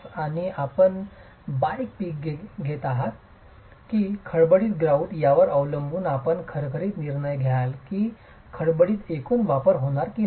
आणि आपण बारीक पीक घेत आहात की खडबडीत ग्रॉउट यावर अवलंबून आपण खरखरीत निर्णय घ्याल की खडबडीत एकूण वापर होणार आहे की नाही